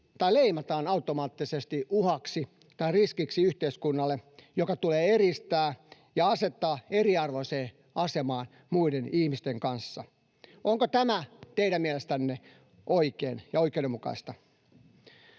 tai leimataan automaattisesti uhaksi tai riskiksi yhteiskunnalle, joka tulee eristää ja asettaa eriarvoiseen asemaan muiden ihmisten kanssa? Onko tämä teidän mielestänne oikein ja oikeudenmukaista?